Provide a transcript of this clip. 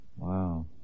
Wow